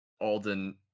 Alden